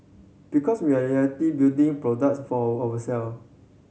because we are reality building products for our self